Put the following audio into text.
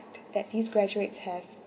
that these graduates have